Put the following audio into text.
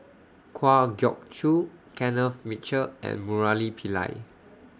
Kwa Geok Choo Kenneth Mitchell and Murali Pillai